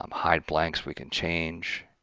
um hideblanks, we can change,